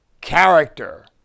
character